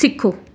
ਸਿੱਖੋ